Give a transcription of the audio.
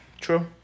True